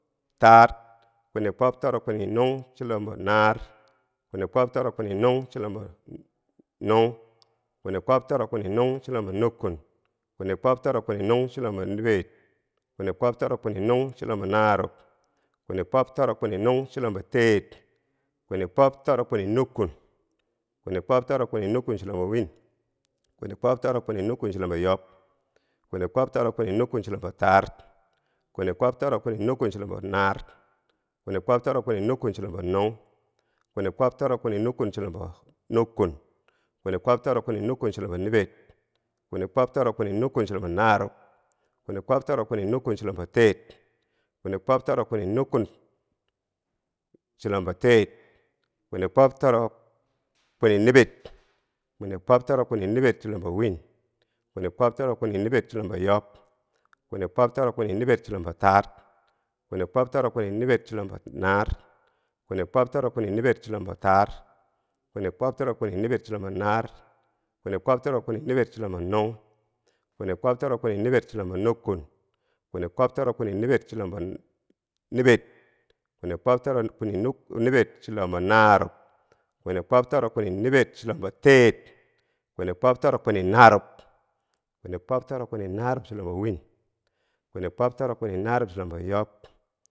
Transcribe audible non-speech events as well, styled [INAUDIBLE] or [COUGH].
taar, kwini kwob torokwini nung chulombo naar, kwini kwob torokwini nung chulombo nung, kwini kwob torokwini nung chulombo nukkun, kwini kwob torokwini nung chulombo niber, kwini kwob torokwini nung chulombo narub, kwini kwob torokwini nung chulombo teer. kwini kwob toro kwini nukkun, kwini kwob toro kwini nukkun chulombo win, kwini kwob toro kwini nukkun chulombo yob, kwini kwob toro kwini nukkun chulombo taar, kwini kwob toro kwini nukkun chulombo naar, kwini kwob toro kwini nukkun chulombo nung, kwini kwob toro kwini nukkun chulombo nukkun. kwini kwob toro kwini nukkun chulombo niber, kwini kwob toro kwini nukkun chulombo narub, kwini kwob toro kwini nukkun chulombo teer, kwini kwob toro kwini nukkun chulombo teer, kwini kwob toro [NOISE] kwini niber, kwini kwob toro kwini niber chulombo win, kwini kwob toro kwini niber chulombo yob, kwini kwob toro kwini niber chulombo taar, kwini kwob toro kwini niber chulombo naar, kwini kwob toro kwini niber chulombo taar. kwini kwob toro kwini niber chulombo naar, kwini kwob toro kwini niber chulombo nung, kwini kwob toro kwini niber chulombo nukkun, kwini kwob toro kwini niber chulombo niber, kwini kwob toro kwini nuuk niber chulombo narub, kwini kwob toro kwini niber chulombo teer, kwini kwob toro kwini narub, kwini kwob toro kwini narub chulombo win, kwini kwob toro kwini narub chulombo yob.